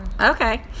okay